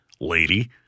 lady